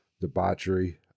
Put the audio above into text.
debauchery